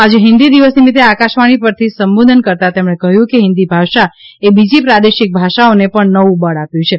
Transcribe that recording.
આજે હિંદી દિવસ નિમિત્તે આકાશવાણી પરથી સંબોધન કરતા તેમણે કહ્યું કે હિંદી ભાષાએ બીજી પ્રાદેશિક ભાષાઓને પણ નવું બળ આપ્યું છે